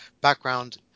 background